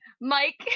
Mike